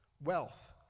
wealth